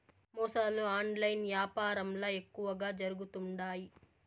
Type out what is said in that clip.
మోసాలు ఆన్లైన్ యాపారంల ఎక్కువగా జరుగుతుండాయి